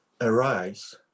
arise